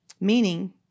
Meaning